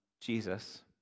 Jesus